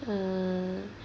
uh